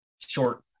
short